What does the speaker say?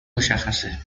مشخصه